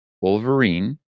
Wolverine